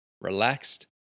relaxed